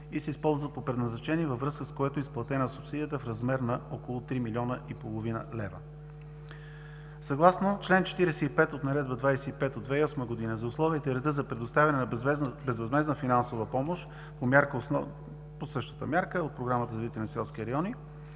и се използва по предназначение, във връзка с което е изплатена субсидията в размер на около три милиона и половина лева. Съгласно чл. 45 от Наредба 25 от 2008 г. за условията и реда за предоставяне на безвъзмездна финансова помощ по същата мярка – от Програмата за развитие на селските райони,